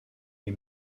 les